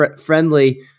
friendly